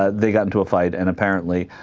ah they got into a fight and apparently